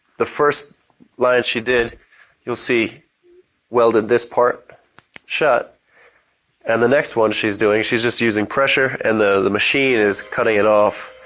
the first line she did you'll see welded this part shut and the next one she's doing she's just using pressure and the the machine is cutting it off,